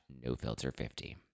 nofilter50